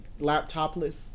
laptopless